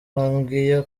bambwiye